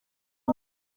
uko